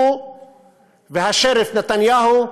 הוא והשריף נתניהו,